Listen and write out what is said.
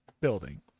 building